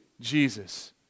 Jesus